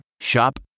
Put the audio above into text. Shop